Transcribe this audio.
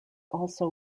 also